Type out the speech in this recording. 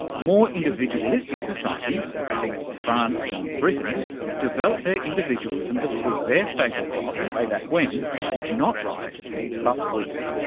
more individualistic societies think france and britain developed their individualism because their staple crop way back when was not rice but wheat.